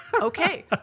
Okay